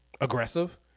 aggressive